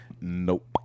Nope